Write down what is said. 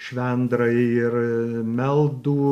švendrai ir meldų